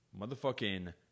Motherfucking